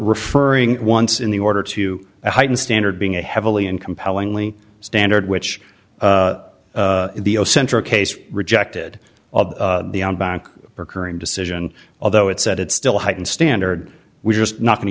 referring once in the order to a heightened standard being a heavily and compellingly standard which the o central case rejected of the on back occurring decision although it said it still heightened standard we're just not going to